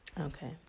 Okay